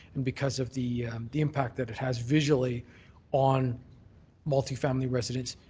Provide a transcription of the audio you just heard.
and because of the the impact that it has visually on multifamily residents